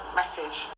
message